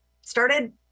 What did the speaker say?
started